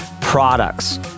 products